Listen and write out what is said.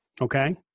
Okay